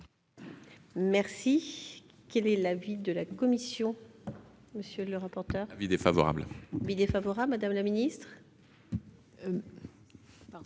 Merci, quel est l'avis de la commission, monsieur le rapporteur, avis défavorable, défavorable, Madame la Ministre. Pardon.